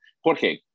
Jorge